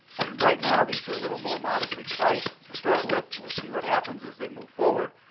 and and right now, these are a little more modestly priced to start with. we'll see what happens as they move forward.